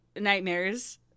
nightmares-